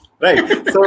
right